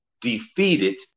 defeated